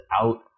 out